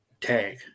tag